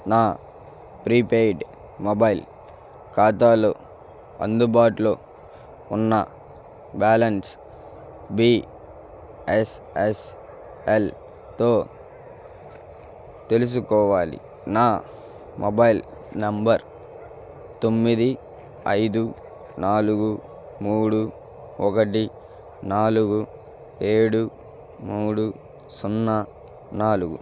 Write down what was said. నా prepaid mobile ఖాతాలో అందుబాటులో ఉన్న బ్యాలెన్స్ బీ ఎస్ ఎస్ ఎల్తో తెలుసుకోవాలి నా మొబైల్ నంబర్ తొమ్మిది ఐదు నాలుగు మూడు ఒకటి నాలుగు ఏడు మూడు సున్నా నాలుగు